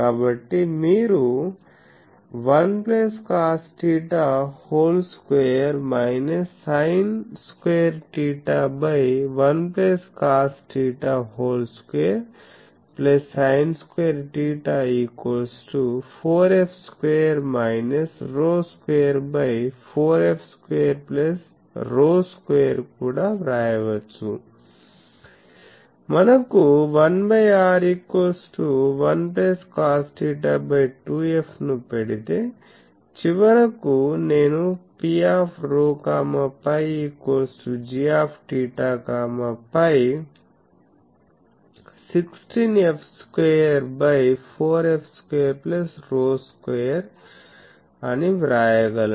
కాబట్టి మీరు 1 cosθ2 sin2θ1 cosθ2 sin2θ 4f2 ρ24f2 ρ2 కూడా వ్రాయవచ్చు మనకు 1 r1 cosθ 2f ను పెడితే చివరకు నేను Pρ φ gθ φ 16f2 4f2 ρ2 అని వ్రాయగలను